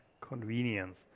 convenience